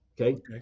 Okay